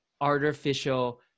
artificial